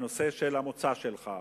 הנושא של המוצא שלך,